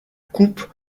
coupe